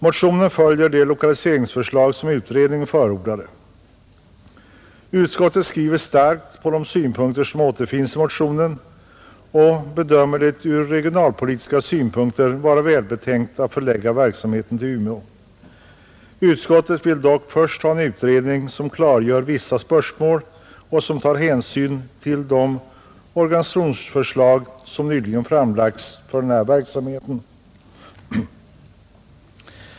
Motionen följer det lokaliseringsförslag som utredningen förordade, Utskottet trycker starkt på de synpunkter som återfinns i motionen och bedömer det ur regionalpolitiska synpunkter vara välbetänkt att förlägga verksamheten till Umeå. Utskottet vill dock först ha en utredning som klargör vissa spörsmål och tar hänsyn till de organisationsförslag som nyligen framlagts för denna verksamhet.